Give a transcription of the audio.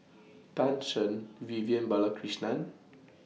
Tan Shen Vivian Balakrishnan